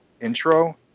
intro